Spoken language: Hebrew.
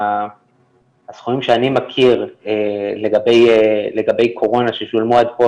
הסכומים שאני מכיר לגבי קורונה ששולמו עד כה